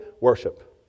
Worship